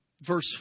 verse